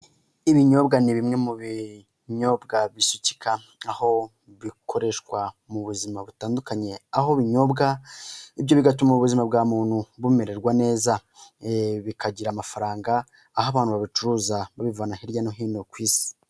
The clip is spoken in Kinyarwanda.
Ibinyobwa ni bimwe mu binyobwa bisukika, aho bikoreshwa mu buzima butandukanye, aho binyobwa, ibyo bigatuma ubuzima bwa muntu bumererwa neza, bikagira amafaranga, aho abantu babicuruza, babivana hirya no hino ku isi.